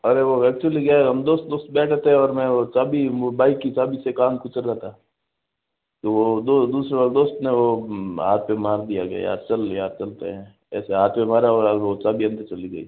अरे वो एक्चुअली क्या हम दोस्त दोस्त बैठे थे और मैं वो चाभी बाइक की चाभी से कान खुजा रहा था तो वो दूसरे वाले दोस्त ने वो हाथ पे मार दिया कि चल यार चलते हैं ऐसे हाथ पे मारा और वो चाभी अंदर चली गई